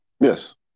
yes